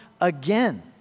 again